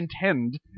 intend